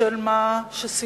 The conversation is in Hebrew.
בשל מה שסימל.